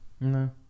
No